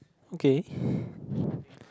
okay